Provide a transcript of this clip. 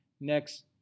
next